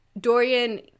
dorian